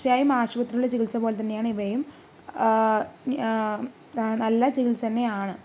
തീർച്ചയായും ആശുപത്രിയിലെ ചികിത്സ പോലെ തന്നെ തന്നെയാണ് ഇവയും നല്ല ചികിത്സ തന്നെയാണ്